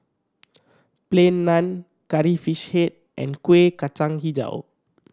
Plain Naan Curry Fish Head and Kueh Kacang Hijau